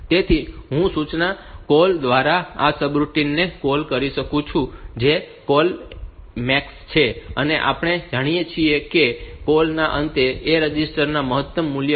તેથી હું સૂચના કૉલ દ્વારા આ સબરૂટિન ને કૉલ કરી શકું છું જે CALL MAX છે અને આપણે જાણીએ છીએ કે આ કૉલ ના અંતે A રજિસ્ટર માં મહત્તમ મૂલ્ય હશે